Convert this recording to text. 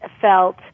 felt